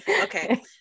Okay